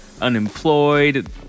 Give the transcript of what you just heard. unemployed